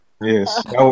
Yes